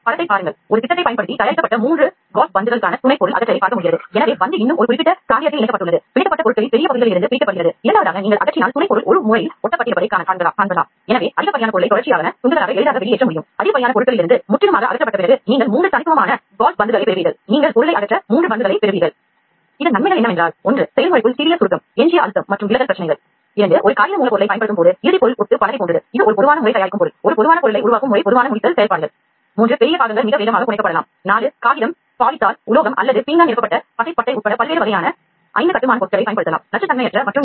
அவை விரைவாக வறண்டு போகலாம் அவற்றை வேதியியல் ரீதியாக கடினப்படுத்தலாம் இந்த நுட்பங்கள் உயிரி வெளியேற்றத்திற்குப் பயனுள்ளதாக இருக்கும்